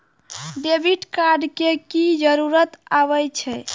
Debit card के की जरूर आवे छै?